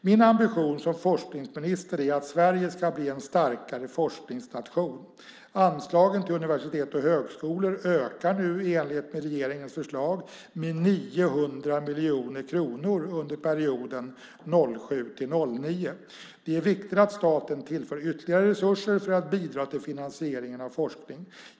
Min ambition som forskningsminister är att Sverige ska bli en starkare forskningsnation. Anslagen till universitet och högskolor ökar nu i enlighet med regeringens förslag med 900 miljoner kronor under perioden 2007-2009. Det är viktigt att staten tillför ytterligare resurser för att bidra till finansieringen av forskning.